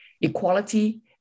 equality